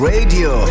Radio